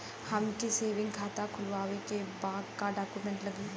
हमके सेविंग खाता खोलवावे के बा का डॉक्यूमेंट लागी?